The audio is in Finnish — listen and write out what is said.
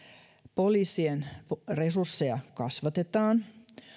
poliisien resursseja kasvatetaan